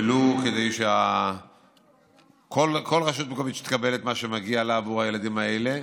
ולו כדי שכל רשות מקומית תקבל את מה שמגיע לה עבור הילדים האלה.